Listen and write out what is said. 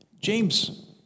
James